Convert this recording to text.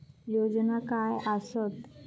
योजना काय आसत?